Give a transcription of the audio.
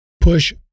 push